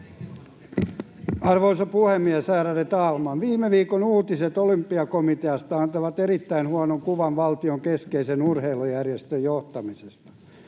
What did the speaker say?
Arvoisa puhemies, ärade talman! Viime viikon uutiset Olympiakomiteasta antavat erittäin huonon kuvan valtion keskeisen urheilujärjestön johtamisesta.